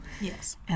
Yes